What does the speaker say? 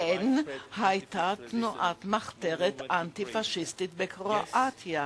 כן, היתה תנועת מחתרת אנטי-פאשיסטית בקרואטיה.